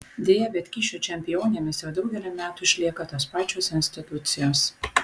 deja bet kyšių čempionėmis jau daugelį metų išlieka tos pačios institucijos